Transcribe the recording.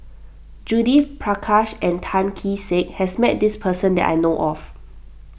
Judith Prakash and Tan Kee Sek has met this person that I know of